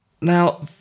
Now